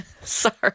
sorry